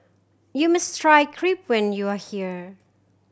you must try Crepe when you are here